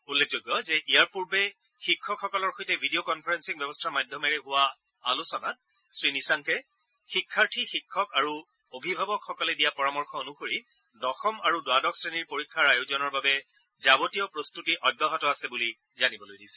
উল্লেখযোগ্য যে ইয়াৰ পূৰ্বে শিক্ষকসকলৰ সৈতে ভিডিঅ' কনফাৰেলিং ব্যৱস্থাৰ মাধ্যমেৰে হোৱা আলোচনাত শ্ৰীনিশাংকে শিক্ষাৰ্থী শিক্ষক আৰু অভিভাৱকসকলে দিয়া পৰামৰ্শ অনুসৰি দশম আৰু দ্বাদশ শ্ৰেণীৰ পৰীক্ষাৰ আয়োজনৰ বাবে যাৱতীয় প্ৰস্তুতি অব্যাহত আছে বুলি জানিবলৈ দিছিল